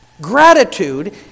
Gratitude